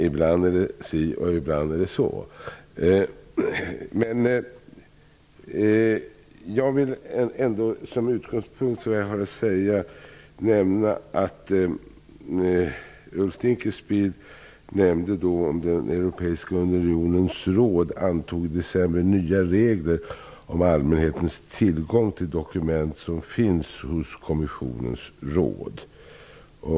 Ibland är det den ene, och ibland är det den andra. Jag vill som utgångspunkt för vad jag har att säga nämna att Ulf Dinkelspiel då framhöll att den europeiska unionens råd i december antog nya regler om allmänhetens tillgång till dokument som finns hos kommissionens råd.